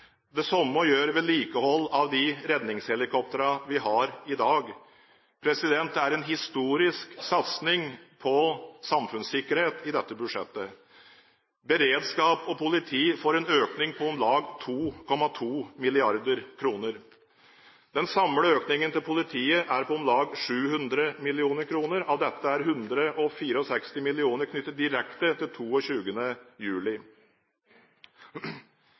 vedlikehold av de redningshelikoptrene vi har i dag. Det er en historisk satsing på samfunnssikkerhet i dette budsjettet. Beredskap og politi får en økning på om lag 2,2 mrd. kr. Den samlede økningen til politiet er på om lag 700 mill. kr. Av dette er 164 mill. kr knyttet direkte til 22. juli.